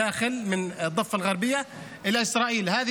פועלים מתוך הגדה המערבית אל ישראל,